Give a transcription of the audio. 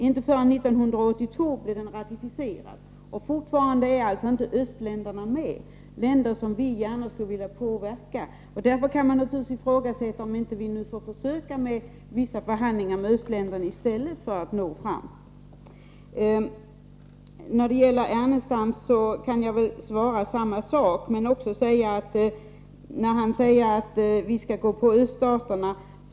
Inte förrän 1982 blev den ratificerad, och fortfarande är alltså inte östländerna med — länder som vi gärna skulle vilja påverka. Därför kan man naturligtvis ifrågasätta om vi inte nu i stället bör försöka med vissa förhandlingar med östländerna för att nå fram. Detta kan bli mitt svar också till Ernestam. Han sade att vi skall gå på öststaterna.